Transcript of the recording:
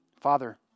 Father